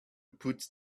put